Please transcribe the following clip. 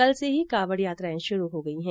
कल से ही कावड यात्राएं शुरू हो गई है